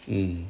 mm